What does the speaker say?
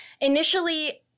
initially